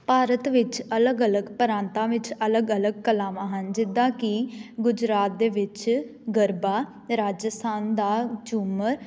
ਭਾਰਤ ਵਿੱਚ ਅਲੱਗ ਅਲੱਗ ਪ੍ਰਾਂਤਾਂ ਵਿੱਚ ਅਲੱਗ ਅਲੱਗ ਕਲਾਵਾਂ ਹਨ ਜਿੱਦਾਂ ਕਿ ਗੁਜਰਾਤ ਦੇ ਵਿੱਚ ਗਰਬਾ ਰਾਜਸਥਾਨ ਦਾ ਝੂੰਮਰ